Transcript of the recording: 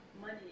money